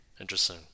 Interesting